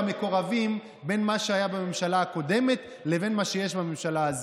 כל מה שהם עושים,